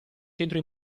centro